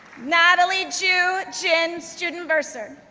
natalie ju jin, student bursar,